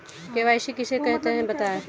KYC किसे कहते हैं बताएँ?